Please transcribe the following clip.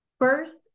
first